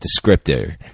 descriptor